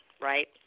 right